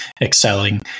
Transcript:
excelling